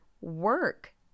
work